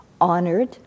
honored